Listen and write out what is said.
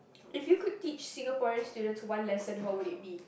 if you could teach Singaporean students one lesson what would it be